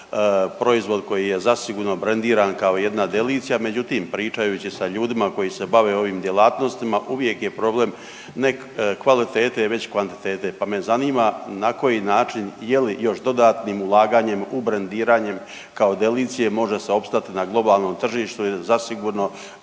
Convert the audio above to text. proizvod koji je zasigurno brendiran kao jedna delicija, međutim, pričajući sa ljudima koji se bave ovim djelatnostima, uvijek je problem ne kvalitete već kvantitete, pa me zanima na koji način, je li još dodatnim ulaganjem u brendiranjem kao delicije može se opstati na globalnom tržištu jer zasigurno